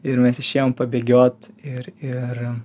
ir mes išėjom pabėgiot ir ir